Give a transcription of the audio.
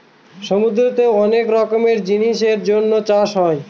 সমুদ্রতে অনেক রকমের জিনিসের জন্য চাষ হয়